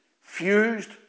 Fused